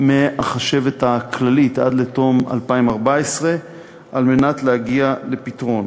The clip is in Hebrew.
מהחשבת הכללית עד לתום 2014 על מנת להגיע לפתרון.